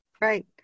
Right